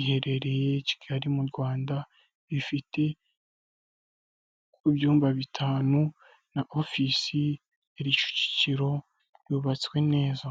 iherereye i Kigali mu Rwanda, ifite ku byumba bitanu na ofisi iri Kicukiro, yubatswe neza.